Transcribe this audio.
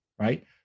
Right